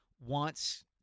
wants